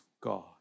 God